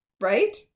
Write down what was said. right